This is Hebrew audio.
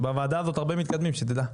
בוועדה הזאת הרבה מתקדמים, שתדע.